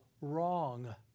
wrong